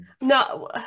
No